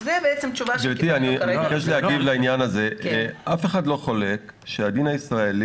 אני תמה למה המדינה מרשה לעצמה